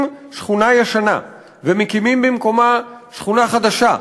שכונה ישנה ומקימים במקומה שכונה חדשה,